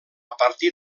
partir